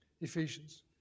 Ephesians